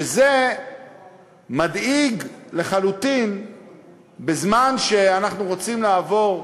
וזה מדאיג לחלוטין בזמן שאנחנו רוצים לעבור,